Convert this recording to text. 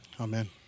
Amen